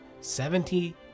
seventy